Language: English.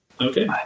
Okay